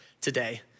today